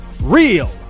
Real